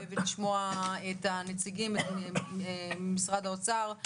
ולשמוע את הנציגים ממשרד האוצר,